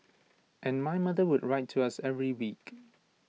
and my mother would write to us every week